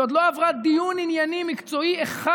היא עוד לא עברה דיון ענייני מקצועי אחד